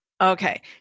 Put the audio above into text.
Okay